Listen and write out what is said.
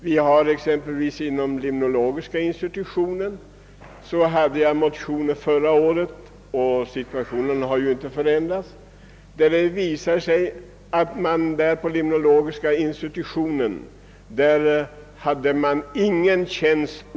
Vid limnologiska institutionen finns ingen fast tjänst mellan professorn och instrumentmakaren. Jag motionerade förra året om dessa förhållanden, men situationen har inte förändrats.